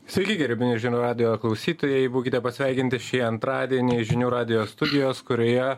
sveiki gerbiami žinių radijo klausytojai būkite pasveikinti šį antradienį iš žinių radijo studijos kurioje